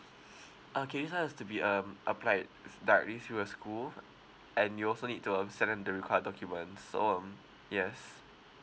okay this one has to be um applied s~ directly through the school uh and you'll also need to um send in the required documents so um yes